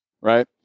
right